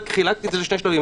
רק חילקתי את זה לשני שלבים.